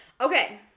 Okay